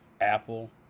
Apple